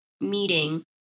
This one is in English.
meeting